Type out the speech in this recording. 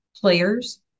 players